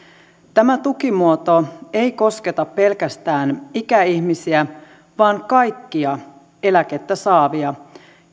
tämä tukimuoto ei kosketa pelkästään ikäihmisiä vaan kaikkia eläkettä saavia